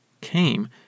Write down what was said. came